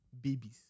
babies